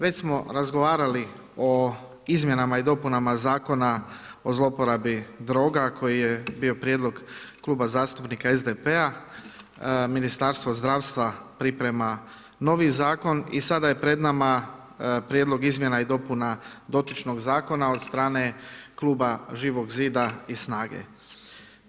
Već smo razgovarali o izmjenama i dopunama Zakona o zloporabi droga koji je bio prijedlog Kluba zastupnika SDP-a, Ministarstvo zdravstva priprema novi zakon i sada je pred nama Prijedlog izmjena i dopuna dotičnog zakona od strane Kluba Živog zida i SNAGA-e.